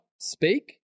speak